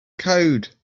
code